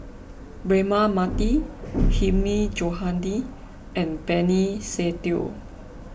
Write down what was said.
Braema Mathi Hilmi Johandi and Benny Se Teo